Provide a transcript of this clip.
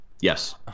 Yes